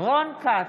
רון כץ,